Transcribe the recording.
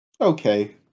okay